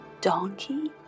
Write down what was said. donkey